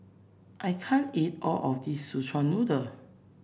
I can't eat all of this Szechuan Noodle